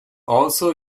also